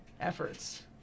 efforts